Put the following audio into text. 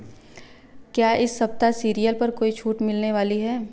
क्या इस सप्ताह सीरियल पर कोई छूट मिलने वाली है